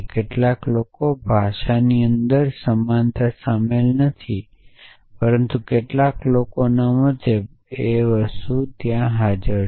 કેટલાક લોકો ભાષાની અંદર સમાનતા શામેલ નથી પરંતુ કેટલાક લોકો કરે છે